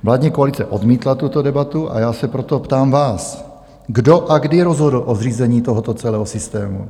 Vládní koalice odmítla tuto debatu, a já se proto ptám vás: Kdo a kdy rozhodl o zřízení tohoto celého systému?